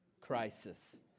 crisis